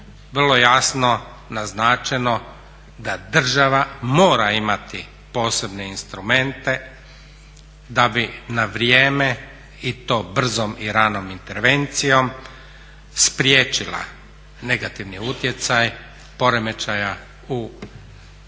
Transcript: vrlo jasno naznačeno da država mora imati posebne instrumente da bi na vrijeme i to brzom i ranom intervencijom spriječila negativni utjecaj poremećaja u kreditnim